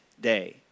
day